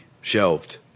shelved